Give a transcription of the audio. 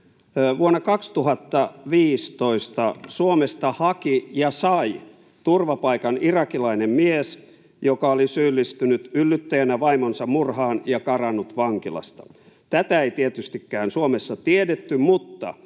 Vuonna 2015 Suomesta haki ja sai turvapaikan irakilainen mies, joka oli syyllistynyt yllyttäjänä vaimonsa murhaan ja karannut vankilasta. Tätä ei tietystikään Suomessa tiedetty, mutta